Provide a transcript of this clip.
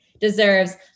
deserves